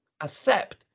accept